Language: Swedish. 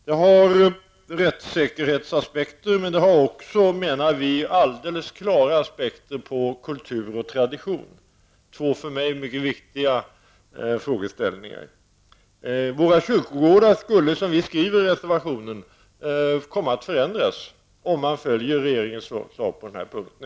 Det finns rättssäkerhetsaspekter, men det finns också, menar vi, alldeles klara aspekter som gäller kultur och tradition -- och det är för mig mycket viktiga aspekter. Våra kyrkogårdar skulle, som vi skriver i reservationen, komma att förändras om man följer regeringens förslag på den här punkten.